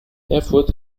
erfurt